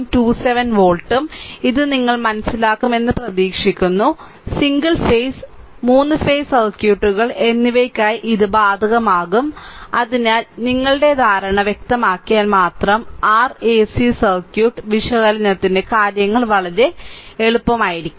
27 വോൾട്ടും ഇത് നിങ്ങൾ മനസിലാക്കുമെന്ന് പ്രതീക്ഷിക്കുന്നു സിംഗിൾ ഫേസ് 3 ഫേസ് സർക്യൂട്ടുകൾ എന്നിവയ്ക്കായി ഇത് ബാധകമാകും അതിനാൽ നിങ്ങളുടെ ധാരണ വ്യക്തമാക്കിയാൽ മാത്രം r AC സർക്യൂട്ട് വിശകലനത്തിന് കാര്യങ്ങൾ വളരെ എളുപ്പമായിരിക്കും